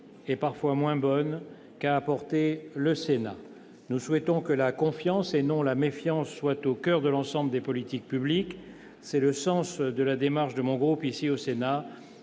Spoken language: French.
et parfois moins bonnes, qu'a apportées le Sénat. Nous souhaitons que la confiance, et non la méfiance, soit au coeur de l'ensemble des politiques publiques. C'est le sens de la démarche de mon groupe, ici au Sénat,